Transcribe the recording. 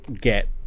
get